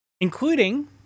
Including